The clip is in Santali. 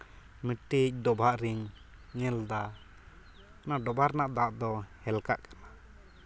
ᱢᱤᱫᱴᱤᱡ ᱰᱚᱵᱷᱟᱜ ᱨᱤᱧ ᱧᱮᱞᱫᱟ ᱚᱱᱟ ᱰᱚᱵᱷᱟᱜ ᱨᱮᱱᱟᱜ ᱫᱟᱜ ᱫᱚ ᱦᱮᱞᱠᱟᱜ ᱠᱟᱱᱟ